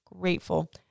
grateful